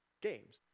games